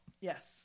Yes